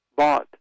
bought